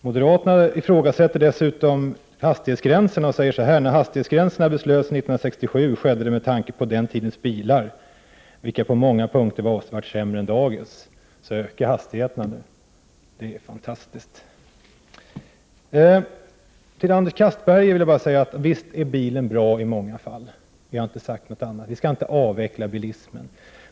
Moderaterna ifrågasätter dessutom hastighetsgränserna och säger: När hastighetsgränserna beslöts 1967 skedde det med tanke på den tidens bilar, vilka på många punkter var avsevärt sämre än dagens. Det är tydligen bara att öka hastigheterna. Det är fantastiskt! Till Anders Castberger vill jag bara säga följande. Visst är bilen bra i många fall. Vi har inte sagt någonting annat. Vi skall inte avveckla när det gäller bilismen.